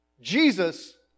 Jesus